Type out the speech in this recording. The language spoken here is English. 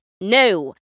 no